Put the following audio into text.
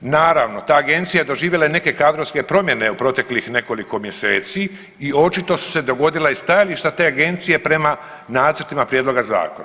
Naravno, ta agencija je doživjela i neke kadrovske promjene u proteklih nekoliko mjeseci i očito su se dogodila i stajališta te agencije prema nacrtima prijedloga zakona.